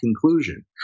conclusion